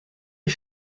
les